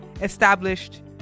established